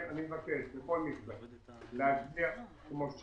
ולכן אני מבקש בכל מקרה להצביע כמו שנאמר,